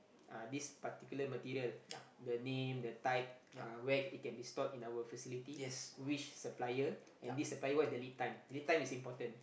uh this particular material the name the type uh where it can be stored in our facility which supplier and this supplier what is the lead time lead time is important